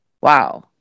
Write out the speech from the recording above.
wow